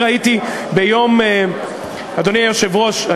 אדוני היושב-ראש,